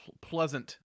pleasant